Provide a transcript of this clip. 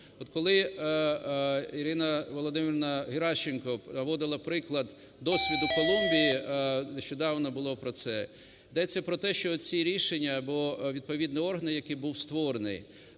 коли Ірина Володимирівна Геращенко наводила приклад досвіду Колумбії, нещодавно було про це, йдеться про те, що оці рішення, бо відповідний орган, який був створений,